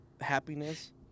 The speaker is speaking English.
happiness